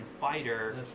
fighter